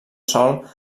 sol